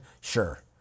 Sure